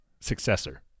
successor